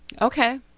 Okay